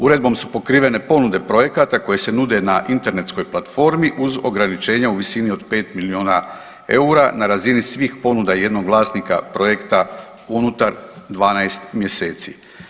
Uredbom su pokrivene ponude projekata koji se nude na internetskoj platformi uz ograničenja u visini od 5 milijuna eura na razini svih ponuda jednog vlasnika projekta unutar 12 mjeseci.